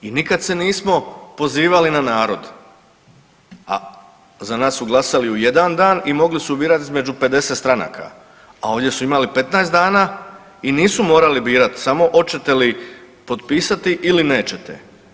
I nikad se nismo pozivali na narod, a za nas su glasali u jedan dan i mogli su birati između 50 stranaka, a ovdje su imali 15 dana i nisu morali birati samo hoćete li potpisati ili nećete.